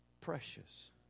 precious